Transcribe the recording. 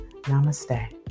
Namaste